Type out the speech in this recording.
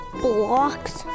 blocks